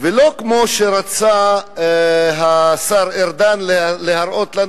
ולא כמו שרצה השר ארדן להראות לנו,